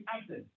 absent